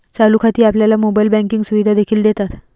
चालू खाती आपल्याला मोबाइल बँकिंग सुविधा देखील देतात